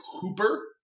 hooper